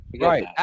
Right